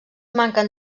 manquen